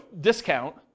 discount